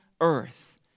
earth